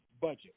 budget